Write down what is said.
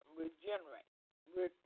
regenerate